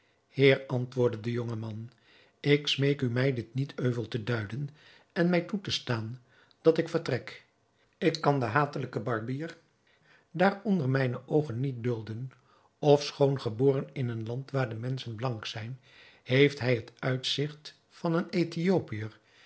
heer antwoordde de jonge man ik smeek u mij dit niet euvel te duiden en mij toe te staan dat ik vertrek ik kan den hatelijken barbier daar onder mijne oogen niet dulden ofschoon geboren in een land waar de menschen blank zijn heeft hij het uitzigt van een ethiopiër